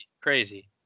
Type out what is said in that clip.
crazy